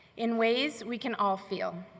in ways we can all feel.